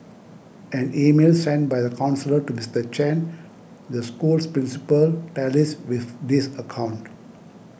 an email sent by the counsellor to Mister Chen the school's principal tallies with this account